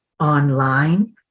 online